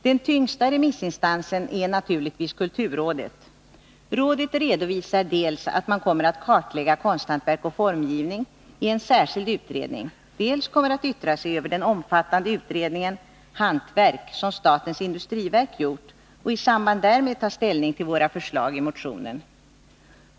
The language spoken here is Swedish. Den tyngsta remissinstansen är naturligtvis kulturrådet. Rådet redovisar att man dels kommer att kartlägga konsthantverk och formgivning i en särskild utredning, dels kommer att yttra sig över den omfattande utredningen Hantverk, som statens industriverk gjort, och i samband därmed ta ställning till våra förslag i motionen.